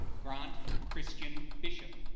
grant christian bishop